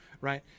right